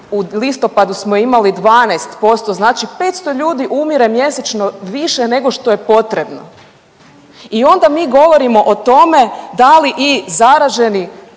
u listopadu smo imali 12%, znači 500 ljudi umire mjesečno više nego što je potrebno. I onda mi govorimo o tome da li i zaraženi,